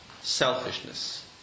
selfishness